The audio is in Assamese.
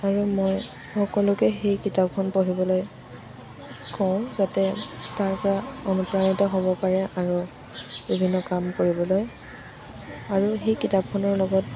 আৰু মই সকলোকে সেই কিতাপখন পঢ়িবলৈ কম যাতে তাৰ পৰা অনুপ্ৰাণিত হ'ব পাৰে আৰু বিভিন্ন কাম কৰিবলৈ আৰু সেই কিতাপখনৰ লগত